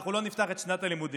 אנחנו לא נפתח את שנת הלימודים.